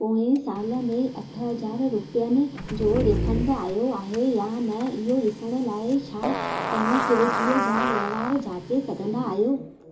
पोइ साल में अठ हज़ार रुपियनि जो रिफंड आयो आहे या न इहो ॾिसण लाइ छा तव्हां स्विग्गीअ जा वहिंवार जाचे सघंदा आहियो